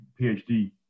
PhD